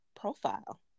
profile